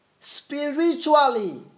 Spiritually